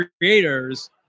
creators